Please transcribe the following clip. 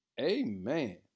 Amen